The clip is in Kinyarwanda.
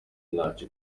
ntacyo